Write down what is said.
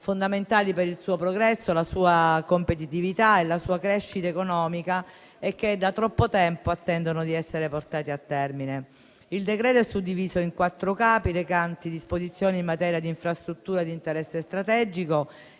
fondamentali per il suo progresso, la sua competitività e la sua crescita economica, che da troppo tempo attendono di essere portati a termine. Il decreto è suddiviso in quattro Capi recanti disposizioni in materia di infrastrutture di interesse strategico,